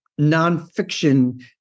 nonfiction